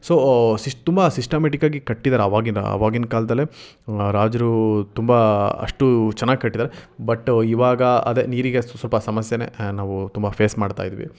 so ಸಿಸ್ ತುಂಬ ಸಿಸ್ಟಮೆಟಿಕ್ಕಾಗಿ ಕಟ್ಟಿದಾರೆ ಅವಾಗಿನ ಅವಾಗಿನ ಕಾಲದಲ್ಲೇ ರಾಜರು ತುಂಬ ಅಷ್ಟೂ ಚೆನ್ನಾಗಿ ಕಟ್ಟಿದ್ದಾರೆ ಬಟ್ಟು ಇವಾಗ ಅದೇ ನೀರಿಗೆ ಸ್ವಲ್ಪ ಸಮಸ್ಯೆನೇ ನಾವು ತುಂಬ ಫೇಸ್ ಮಾಡ್ತಾ ಇದ್ದೀವಿ